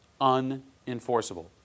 unenforceable